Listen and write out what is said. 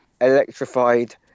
electrified